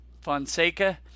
Fonseca